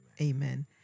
Amen